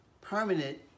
permanent